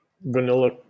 vanilla